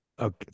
okay